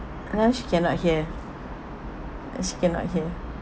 now she cannot hear yes cannot hear